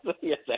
yes